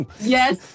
Yes